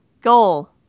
Goal